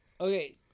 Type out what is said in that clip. Okay